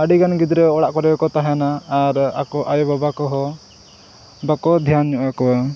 ᱟᱹᱰᱤᱜᱟᱱ ᱜᱤᱫᱽᱨᱟᱹ ᱚᱲᱟᱜ ᱠᱚᱨᱮ ᱜᱮᱠᱚ ᱛᱟᱦᱮᱱᱟ ᱟᱨ ᱟᱠᱚ ᱟᱭᱳ ᱵᱟᱵᱟ ᱠᱚᱦᱚᱸ ᱵᱟᱠᱚ ᱫᱷᱮᱭᱱᱟ ᱧᱚᱜ ᱟᱠᱚᱣᱟ